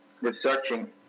researching